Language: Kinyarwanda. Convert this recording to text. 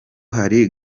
hari